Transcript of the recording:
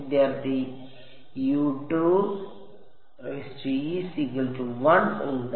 വിദ്യാർത്ഥി ഉണ്ട്